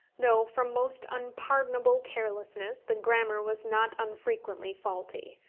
though from most unpardonable carelessness the grammar was not unfrequently faulty.